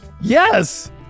yes